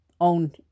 own